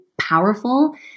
powerful